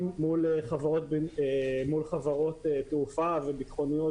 אנחנו נמצאים בהרבה מאוד מכרזים מול חברות תעופה וחברות ביטחוניות,